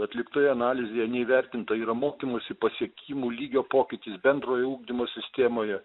atliktoje analizėje neįvertinta yra mokymosi pasiekimų lygio pokyčius bendrojo ugdymo sistemoje